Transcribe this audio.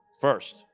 first